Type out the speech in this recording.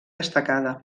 destacada